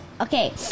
okay